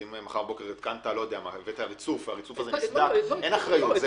אם הבאת ריצוף והוא נסדק, אין אחריות.